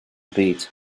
byd